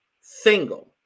single